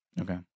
Okay